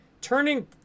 turning